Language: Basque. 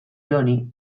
joni